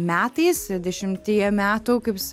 metais dešimtyje metų kaip s